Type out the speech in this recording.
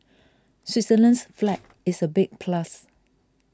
Switzerland's flag is a big plus